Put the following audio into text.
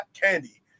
candy